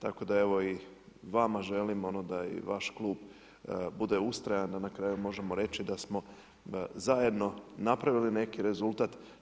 Tako da evo i vama želim da i vaš klub bude ustrajan, a na kraju možemo reći da smo zajedno napravili neki rezultat.